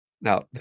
Now